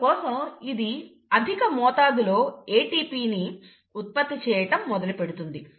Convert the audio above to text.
అందుకోసం ఇది అధిక మోతాదులో ATPని ఉత్పత్తి చేయటం మొదలుపెడుతుంది